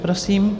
Prosím.